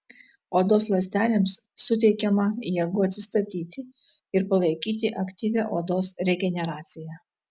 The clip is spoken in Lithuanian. odos ląstelėms suteikiama jėgų atsistatyti ir palaikyti aktyvią odos regeneraciją